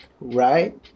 Right